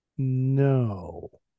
No